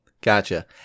Gotcha